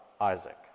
Isaac